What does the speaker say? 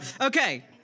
Okay